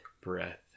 breath